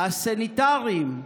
הסניטרים,